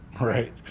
Right